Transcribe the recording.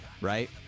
right